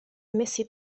ammessi